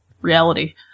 reality